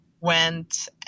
went